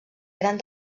gran